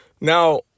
Now